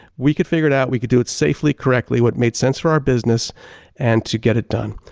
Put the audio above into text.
we could figure it out, we could do it safely, correctly, what made sense for our business and to get it done.